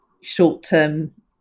short-term